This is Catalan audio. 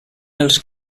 els